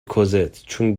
کوزتچون